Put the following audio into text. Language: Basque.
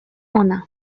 hona